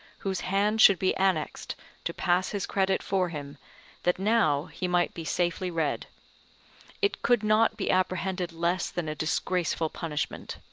whose hand should be annexed to pass his credit for him that now he might be safely read it could not be apprehended less than a disgraceful punishment.